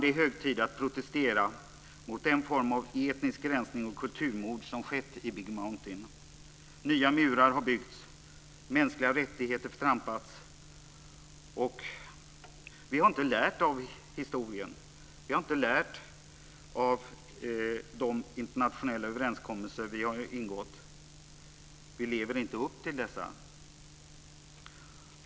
Det är hög tid att protestera mot den form av etnisk rensning och kulturmord som skett i Big Mountain. Nya murar har byggts och mänskliga rättigheter förtrampats. Vi har inte lärt av historien och av de internationella överenskommelser som vi har ingått. Vi lever inte upp till dessa.